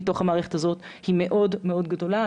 היא מאוד מאוד גדולה.